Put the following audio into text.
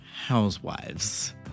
housewives